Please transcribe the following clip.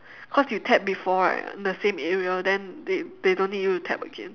cause you tap before right the same area then they they don't need you to tap again